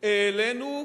העלינו במעט,